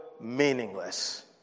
meaningless